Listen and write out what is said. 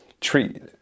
treat